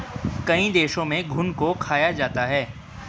कई देशों में घुन को खाया जाता है